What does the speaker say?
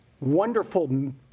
wonderful